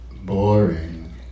Boring